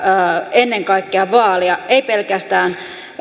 ennen kaikkea vaalia ei pelkästään